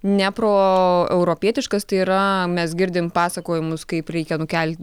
ne proeuropietiškas tai yra mes girdim pasakojimus kaip reikia nukelt